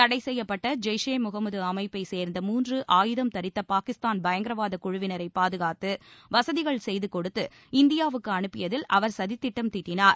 தடை செய்யப்பட்ட ஜெய்ஷே முகமது அமைப்பை சேர்ந்த மூன்று ஆயுதம் தரித்த பாகிஸ்தான் பயங்கரவாத குழுவினர பாதுகாத்து வசதிகள் செய்து கொடுத்து இந்தியாவுக்கு அனுப்பியதில் அவர் சதித்திட்டம் தீட்டினார்